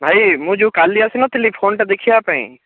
ଭାଇ ମୁଁ ଯେଉଁ କାଲି ଆସିନଥିଲି ଫୋନ୍ଟା ଦେଖିବା ପାଇଁ